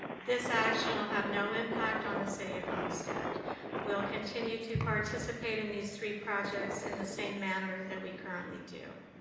this action will have no impact on the city of homestead. we will continue to participate in these three projects in the same manner that we currently do.